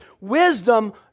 wisdom